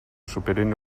superin